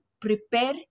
prepare